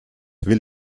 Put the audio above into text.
will